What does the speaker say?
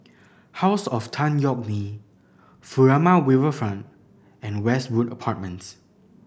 House of Tan Yeok Nee Furama Riverfront and Westwood Apartments